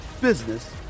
business